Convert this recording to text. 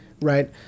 right